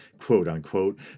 quote-unquote